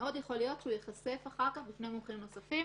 מאוד יכול להיות שהוא ייחשף אחר כך בפני מומחים נוספים.